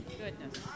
goodness